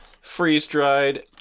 Freeze-dried